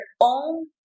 own